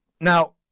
Now